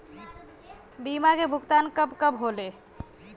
बीमा के भुगतान कब कब होले?